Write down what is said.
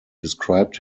described